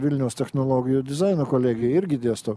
vilniaus technologijų dizaino kolegija irgi dėstau